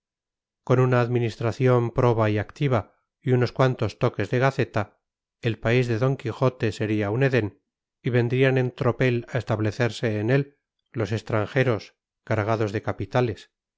con una administración proba y activa y unos cuantos toques de gaceta el país de d quijote sería un edén y vendrían en tropel a establecerse en él los extranjeros cargados de capitales